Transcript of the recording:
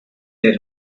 their